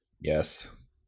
Yes